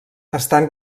estan